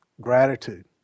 gratitude